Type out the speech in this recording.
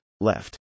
left